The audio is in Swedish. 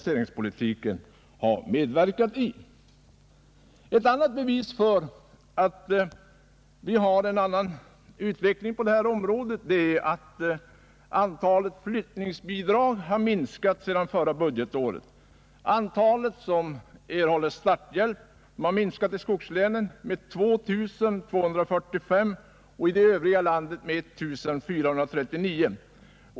Ett annat bevis för att lokaliseringspolitiken har givit åsyftad effekt är att antalet flyttningsbidrag minskat sedan förra budgetåret. Antalet personer som erhållit starthjälp har minskat i skogslänen med 2 245 och i det övriga landet med 1 439.